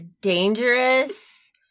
dangerous